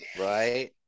Right